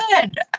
Good